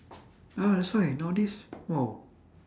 ah that's why nowadays !wow!